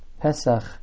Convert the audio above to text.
Pesach